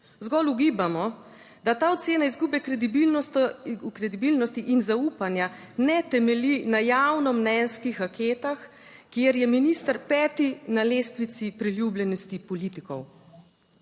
Zgolj ugibamo, da ta ocena izgube kredibilnosti in zaupanja ne temelji na javnomnenjskih anketah, kjer je minister peti na lestvici priljubljenosti politikov.